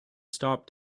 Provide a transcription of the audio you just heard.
stopped